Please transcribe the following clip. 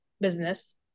business